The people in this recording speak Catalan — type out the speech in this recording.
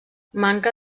manca